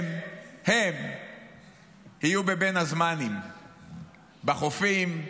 הם יהיו בבין הזמנים בחופים,